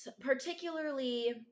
particularly